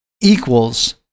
equals